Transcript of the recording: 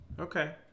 Okay